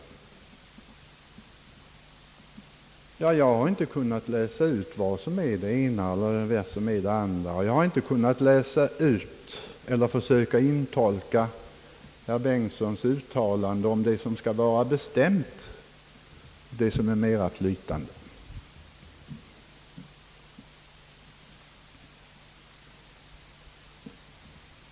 Jag har inte kunnat läsa ut vad som är det ena eller det andra. Jag har inte heller av herr Bengtsons uttalande kunnat uttolka vad som var bestämt och vad som var mera flytande.